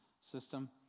system